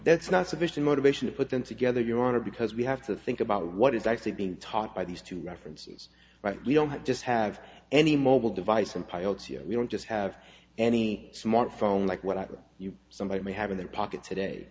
that's not sufficient motivation to put them together you want to because we have to think about what is actually being taught by these two references right we don't just have any mobile device and pilots here we don't just have any smartphone like whatever you somebody may have in their pockets today